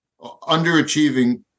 underachieving